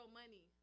money